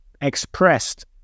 expressed